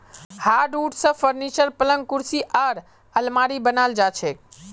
hardwood स furniture, पलंग कुर्सी आर आलमारी बनाल जा छेक